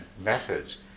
methods